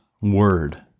word